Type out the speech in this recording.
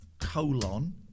colon